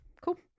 Cool